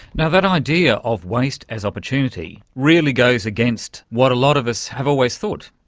and that idea of waste as opportunity really goes against what a lot of us have always thought.